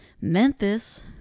Memphis